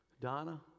donna